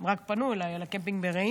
הם רק פנו אליי על הקמפינג ברעים,